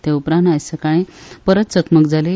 ते उपरांत आज सकाळीं परत चकमक जाली